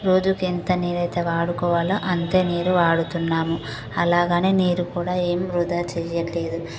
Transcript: రోజూ కింత నీరైతే వాడుకోవాలో అంతే నీరు వాడుతున్నాము అలాగని నీరు కూడా ఏమి వృధా చేయట్లేదు